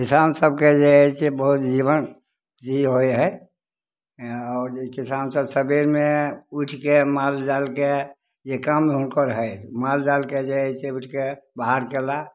किसानसभके हइ से बहुत जीवन ई होइ हइ आओर आओर किसानसभ सबेरमे उठिके मालजालकेँ जे काम हुनकर हइ मलजालकेँ जे हइ से उठिके बाहर कएलाह